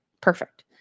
Perfect